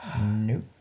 Nope